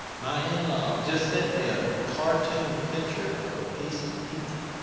my in-law just sent me a cartoon picture of a piece of pizza.